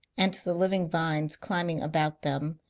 and the living vines climbing about them,